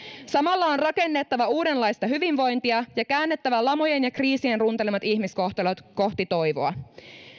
samalla on rakennettava uudenlaista hyvinvointia ja käännettävä lamojen ja kriisien runtelemat ihmiskohtalot kohti toivoa